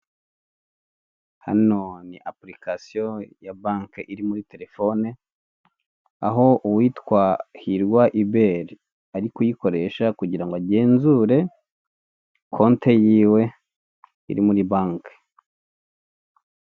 Hano ni apulikasiyo ya banki iri muri telefone aho uwitwa Hirwa Hubert ari kuyikoresha kugira agenzure konte yiwe iri muri banki.